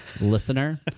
listener